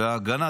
וההגנה,